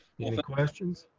any questions?